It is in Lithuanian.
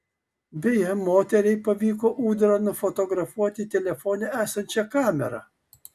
beje moteriai pavyko ūdrą nufotografuoti telefone esančia kamera